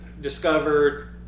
discovered